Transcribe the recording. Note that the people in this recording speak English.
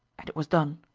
and it was done,